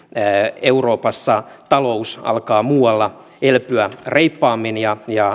ne euroopassa talous alkaa muualla vietyään reippaammin ja ja